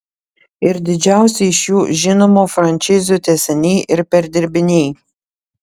ir didžiausi iš jų žinomų frančizių tęsiniai ir perdirbiniai